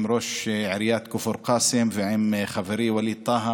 עם ראש עיריית כפר קאסם ועם חברי ווליד טאהא